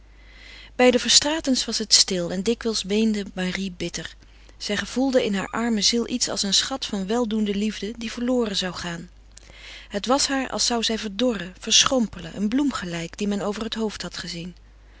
bij de verstraetens was het stil en dikwijls weende marie bitter zij gevoelde in hare arme ziel iets als een schat van weldoende liefde die verloren zou gaan het was haar als zou zij verdorren verschrompelen een bloem gelijk die men over het hoofd had gezien